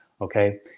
okay